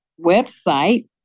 website